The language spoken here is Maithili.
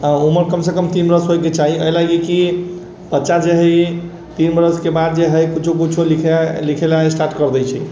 उमर कमसँ कम तीन बरस होइके चाही एहिलए कि बच्चा जे हइ तीन बरिसके बाद जे हइ किछु किछु लिखैलए स्टार्ट करि दै छै